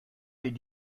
did